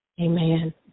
Amen